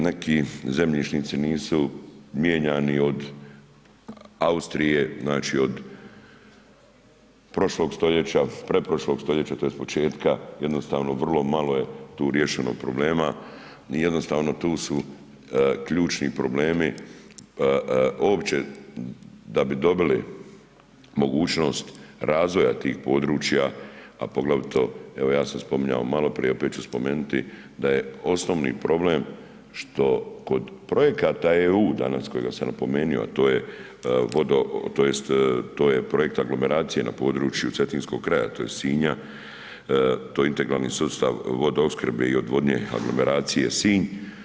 Neki zemljišnici nisu mijenjani od Austrije, znači od prošlog stoljeća, pretprošlog stoljeća, tj. početka, jednostavno, vrlo malo je tu riješeno problema i jednostavno tu su ključni problemi uopće da bi dobili mogućnost razvoja tih područja, a poglavito, evo, ja sam spominjao maloprije, opet ću spomenuti da je osnovni problem što kod projekata EU, danas kojega sam napomenuo, a to je vodo tj. to je projekt aglomeracije na području cetinskog kraja, tj. Sinja, to je integralni sustav vodoopskrbe i odvodnje, aglomeracije Sinj.